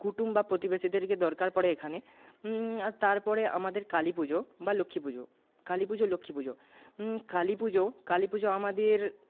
কুটুম বা প্রতিবেশীদেরকে দরকার পড়ে এখানে আর তারপরে আমাদের কালীপুজো বা লক্ষীপুজো কালীপুজো লক্ষীপুজো কালীপুজো কালীপুজো আমাদের